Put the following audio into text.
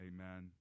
Amen